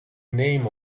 name